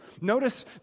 Notice